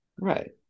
Right